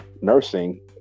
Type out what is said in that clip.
nursing